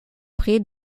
près